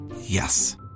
Yes